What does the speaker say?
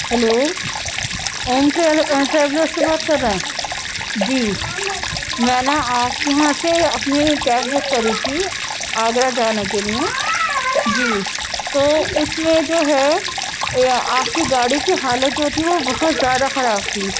hello Om travel Om traveller سے بات کر رہے ہیں جی میں نا آپ کے یہاں سے اپنی ایک کیب بک کری تھی آگرہ جانے کے لیے جی تو اس میں جو ہے آپ کی گاڑی کی حالت جو تھی وہ بہت زیادہ خراب تھی